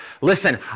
Listen